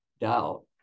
doubt